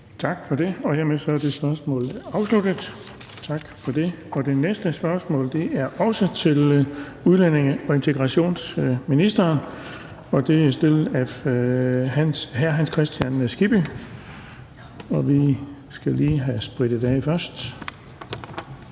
Tak for det, og hermed er det spørgsmål afsluttet. Det næste spørgsmål er også til udlændinge- og integrationsministeren, og det er stillet af hr. Hans Kristian Skibby. Kl. 16:15 Spm. nr.